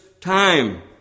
time